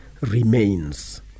remains